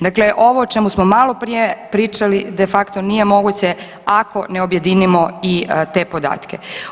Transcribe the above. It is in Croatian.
Dakle, ovo o čemu smo maloprije pričali de facto nije moguće ako ne objedinimo i te podatke.